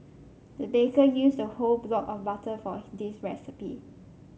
the baker used a whole block of butter for this recipe